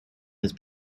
has